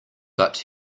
but